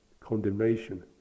condemnation